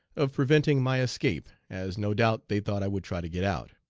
of preventing my escape, as no doubt they thought i would try to get out.